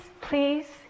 please